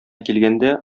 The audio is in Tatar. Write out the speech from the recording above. килгәндә